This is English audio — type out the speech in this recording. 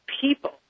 people